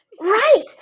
Right